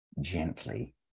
gently